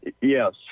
Yes